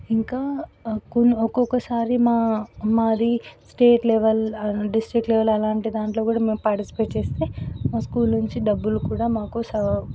ఇంకా ఒక్కొక్కసారి మా మాది state level and district level అలాంటి దాంట్లో కూడా మేము పార్టిసిపేట్ చేస్తే మా స్కూల్ నుంచి డబ్బులు కూడా మాకు